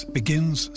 begins